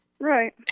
Right